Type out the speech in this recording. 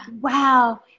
wow